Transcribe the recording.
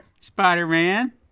Spider-Man